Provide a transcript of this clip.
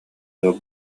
ыал